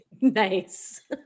nice